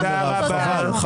זה פשוט לא נכון, מירב.